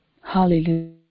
Hallelujah